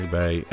bij